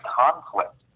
conflict